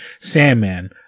Sandman